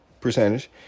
percentage